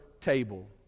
table